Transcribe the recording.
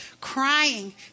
crying